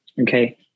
Okay